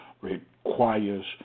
requires